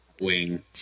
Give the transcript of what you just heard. wing